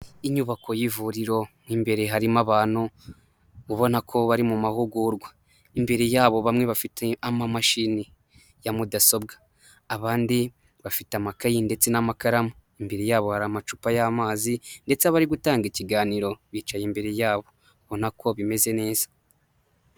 Inyubako y'ivuriro mu imbere harimo abantu ubona ko bari mu mahugurwa; imbere yabo bamwe bafite amamashini ya mudasobwa; abandi bafite amakayi ndetse n'amakaramu; imbere yabo hari amacupa y'amazi ndetse abari gutanga ikiganiro bicaye imbere yabo ubona ko bimeze neza.